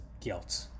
guilt